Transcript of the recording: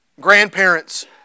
grandparents